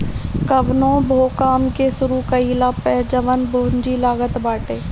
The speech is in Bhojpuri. कवनो भो काम के शुरू कईला पअ जवन पूंजी लागत बाटे